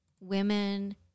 women